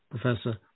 Professor